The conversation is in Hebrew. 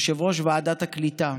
יושבת-ראש ועדת הקליטה,